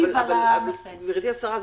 גברתי השרה,